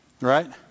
Right